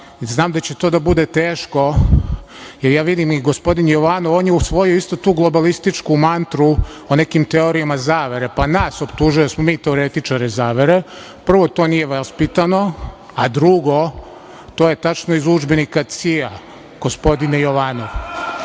Znam da će to da bude teško, jer ja vidim da i gospodin Jovanov da je on u tu svoju globalističku mantru o nekim teorijama zavere, pa nas optužuje da smo teoretičari zavere. Prvo, to nije vaspitano. Drugo, to je tačno iz udžbenika CIA, gospodine Jovanov. Mi